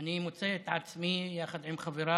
אני מוצא את עצמי, יחד עם חבריי,